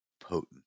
potent